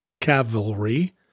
cavalry